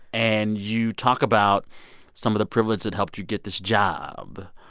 and you talk about some of the privileges that helped you get this job.